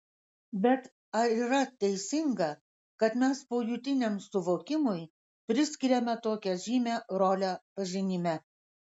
bet ar yra teisinga kad mes pojūtiniam suvokimui priskiriame tokią žymią rolę pažinime